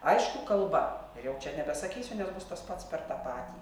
aišku kalba ir jau čia nebesakysiu nes bus tas pats per tą patį